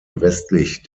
westlich